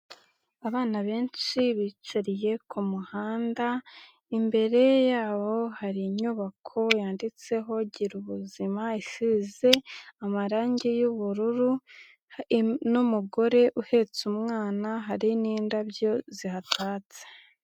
Abana benshi bicariye ku muhanda, imbere yabo hari inyubako yanditseho Girabubuzima isize amarangi y'ubururu, n'umugore uhetse umwana, hari n'indabyo zihatatse.